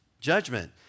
Judgment